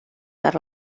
per